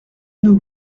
nous